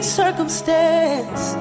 circumstance